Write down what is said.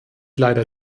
leider